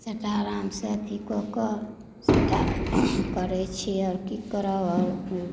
सबटा आरामसँ अथी कऽ कऽ सबटा करय छी आओर की करब आओर